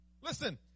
Listen